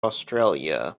australia